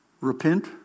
Repent